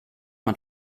man